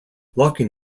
locking